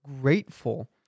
grateful